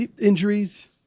injuries